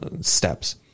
steps